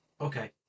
Okay